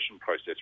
process